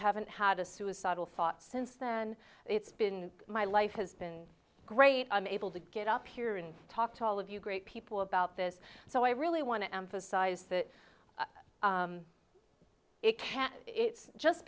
haven't had a suicidal thoughts since then it's been my life has been great i'm able to get up here and talk to all of you great people about this so i really want to emphasize that it can't it's just